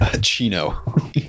Chino